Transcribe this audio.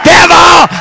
Devil